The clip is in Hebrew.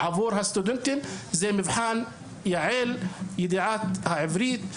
מבחן יע"ל ידיעת העברית.